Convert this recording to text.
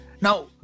Now